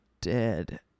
dead